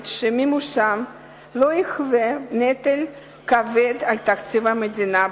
שמימושן לא יהווה נטל כבד על תקציב המדינה,